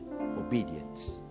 obedience